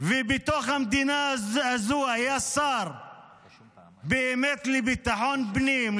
ובתוך המדינה הזו היה באמת שר לביטחון פנים,